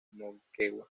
moquegua